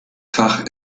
fach